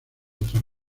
otras